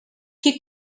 qui